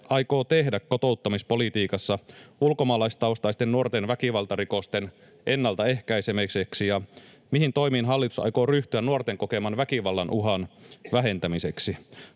aikoo tehdä kotouttamispolitiikassa ulkomaalaistaustaisten nuorten väkivaltarikosten ennaltaehkäisemiseksi ja mihin toimiin hallitus aikoo ryhtyä nuorten kokeman väkivallan uhan vähentämiseksi.